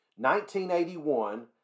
1981